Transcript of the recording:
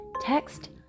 Text